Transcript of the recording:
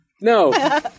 No